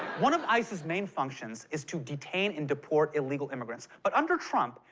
one of ice's main functions is to detain and deport illegal immigrants. but under trump,